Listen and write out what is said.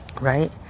right